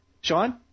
Sean